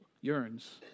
yearns